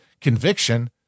conviction